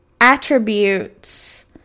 attributes